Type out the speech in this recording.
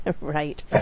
Right